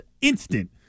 instant